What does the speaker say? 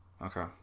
Okay